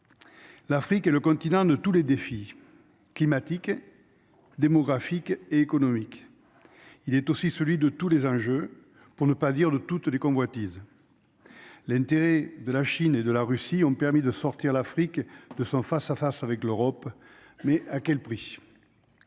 L'Afrique est le continent ne tous les défis climatiques. Démographiques et économiques. Il est aussi celui de tous les âges, pour ne pas dire de toutes les convoitises. L'intérêt de la Chine et de la Russie ont permis de sortir l'Afrique de son face à face avec l'Europe mais à quel prix.